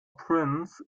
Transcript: prince